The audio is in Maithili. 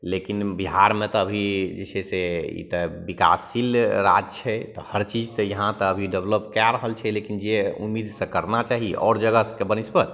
लेकिन बिहारमे तऽ अभी जे छै से ई तऽ विकासशील राज्य छै तऽ हर चीज तऽ यहाँ तऽ अभी डेवलप कै रहल छै लेकिन जे उम्मीद से करना चाही आओर जगहके बनिस्पत